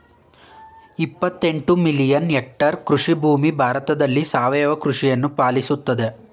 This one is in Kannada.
ಇಪ್ಪತ್ತೆಂಟು ಮಿಲಿಯನ್ ಎಕ್ಟರ್ ಕೃಷಿಭೂಮಿ ಭಾರತದಲ್ಲಿ ಸಾವಯವ ಕೃಷಿಯನ್ನು ಪಾಲಿಸುತ್ತಿದೆ